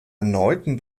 erneuten